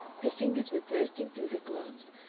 her fingers were bursting through her gloves,